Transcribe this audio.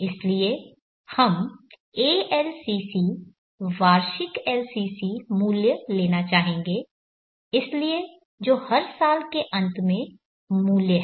इसलिए हम ALCC वार्षिक LCC मूल्य लेना चाहेंगे इसलिए जो हर साल के अंत में मूल्य है